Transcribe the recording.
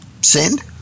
send